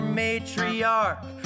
matriarch